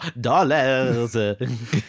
Dollars